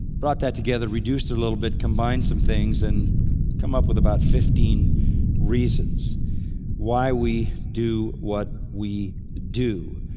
brought that together, reduced it a little bit, combined some things and come up with about fifteen reasons why we do what we do.